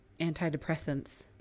antidepressants